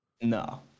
No